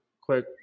quick